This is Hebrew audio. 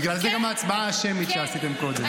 בגלל זה גם ההצבעה השמית שעשיתם קודם.